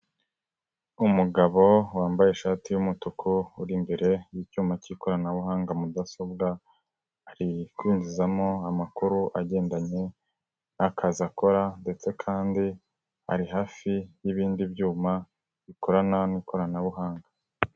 Umugabo wambaye ishati y'umutuku uri imbere y'icyuma cy'ikoranabuhanga mudasobwa. Arikwinjizamo amakuru agendanye n'akazi akora ndetse kandi ari hafi y'ibindi byuma bikorana n'koranabuhanga.